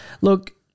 Look